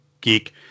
geek